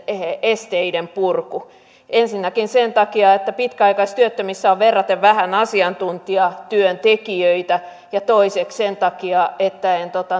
esteiden purku ensinnäkään sen takia että pitkäaikaistyöttömissä on verraten vähän asiantuntijatyöntekijöitä ja toiseksi sen takia että